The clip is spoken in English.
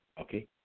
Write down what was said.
okay